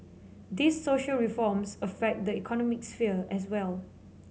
these social reforms affect the economic sphere as well